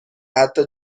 حتی